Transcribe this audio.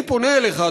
אני פונה אליך,